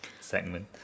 segment